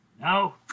No